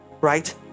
right